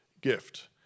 gift